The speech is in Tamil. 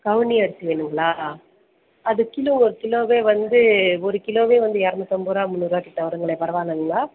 கவுனி அரிசி வேணுங்களா அது கிலோ ஒரு கிலோவே வந்து ஒரு கிலோவே வந்து இரநூத்தம்பதுருவா முன்னூறுவாக்கிட்டே வருங்களே பரவாயில்லைங்களா